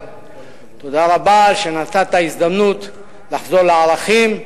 תודה רבה שנתת הזדמנות לחזור לערכים,